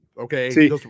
Okay